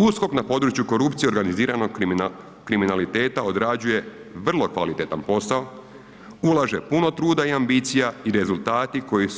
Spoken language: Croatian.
USKOK na području korupcije organiziranog kriminaliteta odrađuje vrlo kvalitetan posao, ulaže puno truda i ambicija i rezultati koji